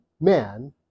man